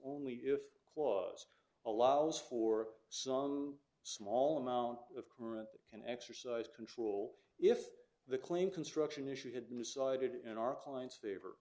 only if clause allows for some small amount of current and exercise control if the claim construction issue had been decided in our client's favor